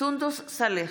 סונדוס סאלח,